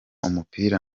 umupira